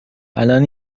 الان